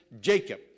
Jacob